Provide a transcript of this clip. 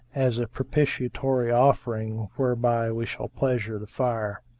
as a propitiatory offering whereby we shall pleasure the fire.